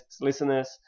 listeners